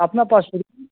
अपना पास